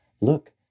look